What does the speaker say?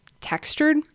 textured